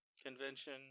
convention